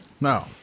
No